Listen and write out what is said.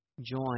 Join